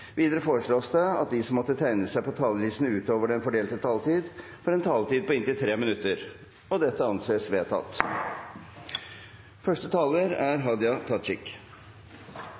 at de som måtte tegne seg på talerlisten utover den fordelte taletid, får en taletid på inntil 3 minutter. – Det anses vedtatt.